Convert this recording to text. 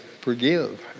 forgive